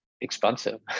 expensive